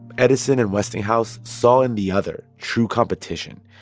edison and westinghouse saw in the other true competition.